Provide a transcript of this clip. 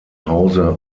hause